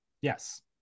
Yes